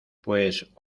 pues